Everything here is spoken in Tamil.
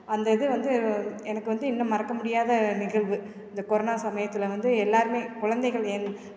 அந்த இது வந்து எனக்கு வந்து இன்னும் மறக்க முடியாத நிகழ்வு இந்த கொரோனா சமயத்தில் வந்து எல்லோருமே கொழந்தைகள் என்